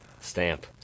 Stamp